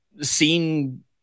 seen